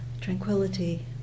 tranquility